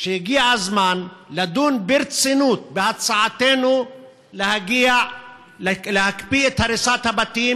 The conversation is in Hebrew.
שהגיע הזמן לדון ברצינות בהצעתנו להקפיא את הריסת הבתים.